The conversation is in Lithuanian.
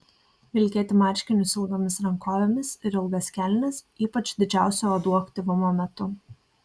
vilkėti marškinius ilgomis rankovėmis ir ilgas kelnes ypač didžiausio uodų aktyvumo metu